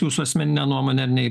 jūsų asmenine nuomone